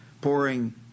pouring